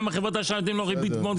חברות האשראי נותנים לו בריבית מאוד גבוהה.